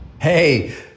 Hey